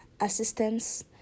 assistance